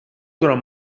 durant